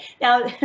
Now